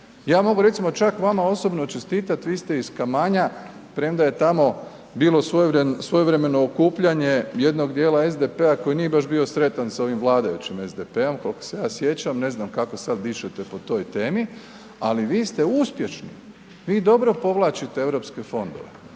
ja mogu recimo čak vama osobno čestitat, vi ste iz Kamanja, premda je tamo bilo svojevremeno okupljanje jednog djela SDP-a koje nije baš bio sretan sa ovim vladajućim SDP-om, koliko se ja sjećam, ne znam kako sad dišete po toj temi, ali vi ste uspješno, vi dobro povlačite europske fondove,